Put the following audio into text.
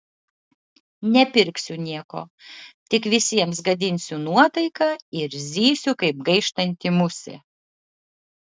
nepirksiu nieko tik visiems gadinsiu nuotaiką ir zysiu kaip gaištanti musė